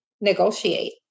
negotiate